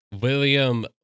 William